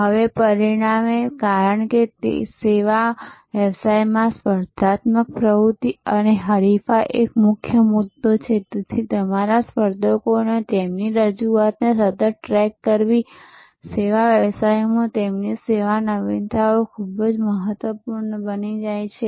હવે પરિણામે કારણ કે સેવા વ્યવસાયમાં સ્પર્ધાત્મક પ્રવૃત્તિ અને હરીફાઈ એ મુખ્ય મુદ્દો છે તેથી તમારા સ્પર્ધકોને તેમની રજૂઆતને સતત ટ્રૅક કરવી સેવા વ્યવસાયોમાં તેમની સેવા નવીનતાઓ ખૂબ જ મહત્વપૂર્ણ બની જાય છે